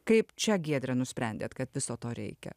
kaip čia giedre nusprendėt kad viso to reikia